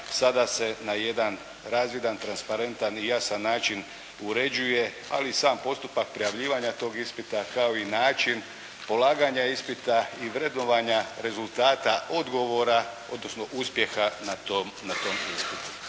sada se na jedan razvidan, transparentan i jasan način uređuje, ali i sam postupak prijavljivanja tog ispita kao i način polaganja ispita i vrednovanja rezultata odgovora, odnosno uspjeha na tom ispitu.